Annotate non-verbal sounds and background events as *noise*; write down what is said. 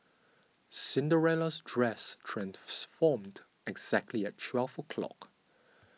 Cinderella's dress *unintelligible* exactly at twelve o'clock